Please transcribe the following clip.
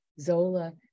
Zola